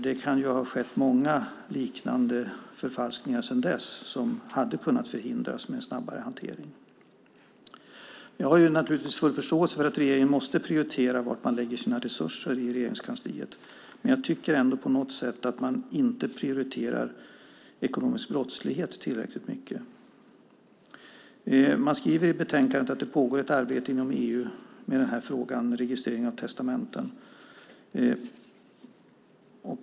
Det kan ha skett många liknande förfalskningar sedan dess som hade kunnat förhindras med en snabbare hantering. Jag har full förståelse för att regeringen måste prioritera var man lägger sina resurser i Regeringskansliet. Jag tycker ändå att man inte prioriterar ekonomisk brottslighet tillräckligt mycket. Man skriver i betänkandet att det pågår ett arbete inom EU med frågan om registrering av testamenten.